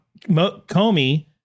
Comey